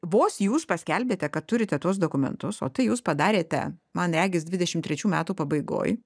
vos jūs paskelbėte kad turite tuos dokumentus o tai jūs padarėte man regis dvidešimt trečių metų pabaigoj